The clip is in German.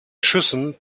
schüssen